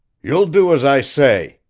you'll do as i say!